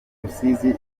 rusizi